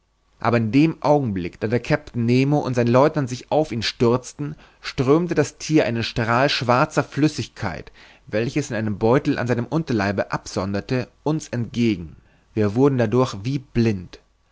aber in dem augenblick da der kapitän nemo und sein lieutenant sich auf ihn stürzten strömte das thier einen strahl schwarzer flüssigkeit welche es in einem beutel an seinem unterleibe absonderte uns entgegen wir wurden dadurch wie blind